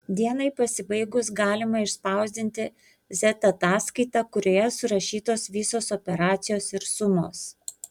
dienai pasibaigus galima išspausdinti z ataskaitą kurioje surašytos visos operacijos ir sumos